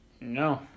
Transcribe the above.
No